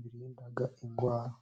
birinda indwara.